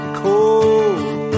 cold